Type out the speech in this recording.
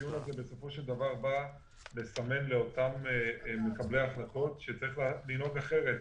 הדיון הזה בסופו של דבר בא לסמן לאותם מקבלי החלטות שצריך לנהוג אחרת.